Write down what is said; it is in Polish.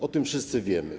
O tym wszyscy wiemy.